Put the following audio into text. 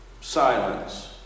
Silence